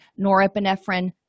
norepinephrine